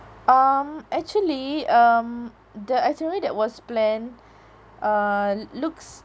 um actually um the itinerary that was planned uh looks